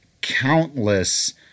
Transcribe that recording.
countless